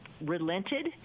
relented